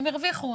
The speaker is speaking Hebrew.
הם הרוויחו,